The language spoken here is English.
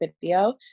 video